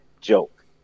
joke